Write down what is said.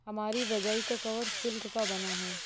हमारी रजाई का कवर सिल्क का बना है